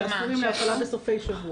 שאסורים להפעלה בסופי שבוע.